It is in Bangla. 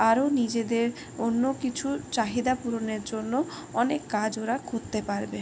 আরও নিজেদের অন্য কিছুর চাহিদা পূরণের জন্য অনেক কাজ ওরা করতে পারবে